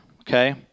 okay